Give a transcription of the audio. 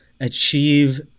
achieve